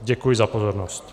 Děkuji za pozornost.